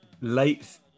late